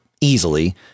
easily